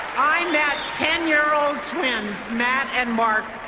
i met ten year old twins, matt and mark,